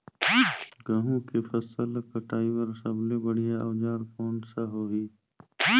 गहूं के फसल ला कटाई बार सबले बढ़िया औजार कोन सा होही?